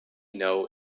know